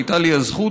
הייתה לי הזכות,